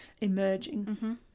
emerging